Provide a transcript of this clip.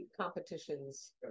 competitions